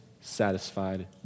satisfied